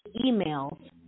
emails